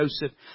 Joseph